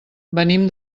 venim